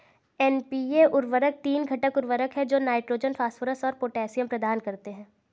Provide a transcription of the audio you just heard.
NPK उर्वरक तीन घटक उर्वरक हैं जो नाइट्रोजन, फास्फोरस और पोटेशियम प्रदान करते हैं